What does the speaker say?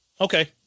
Okay